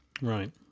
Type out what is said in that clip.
Right